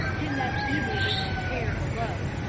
and that evil-looking pair below!